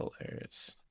hilarious